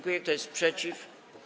Kto jest przeciw?